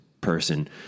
person